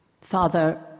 Father